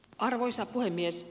arvoisa puhemies